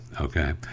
Okay